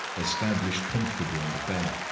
established comfortably on the bed,